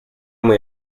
muy